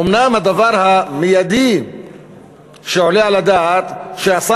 אומנם הדבר המיידי שעולה על הדעת שהשר